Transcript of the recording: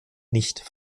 nicht